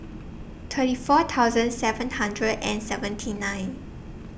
thirty four thousand seven hundred and seventy nine